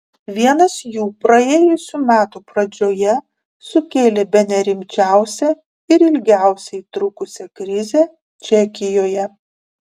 vienas jų praėjusių metų pradžioje sukėlė bene rimčiausią ir ilgiausiai trukusią krizę čekijoje